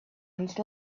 and